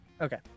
Okay